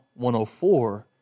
104